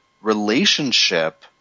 relationship